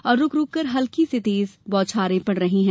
और रूक रूक कर हल्की से तेज बौछारे पड़ रही है